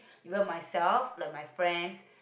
even myself like my friends